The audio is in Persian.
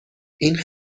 این